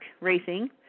Racing